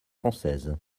française